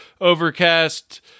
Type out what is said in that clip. Overcast